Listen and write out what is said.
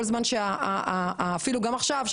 אפילו עכשיו,